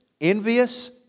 envious